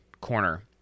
corner